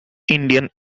indian